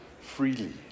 freely